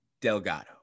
Delgado